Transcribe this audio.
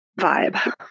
vibe